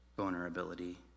vulnerability